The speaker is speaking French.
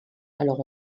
alors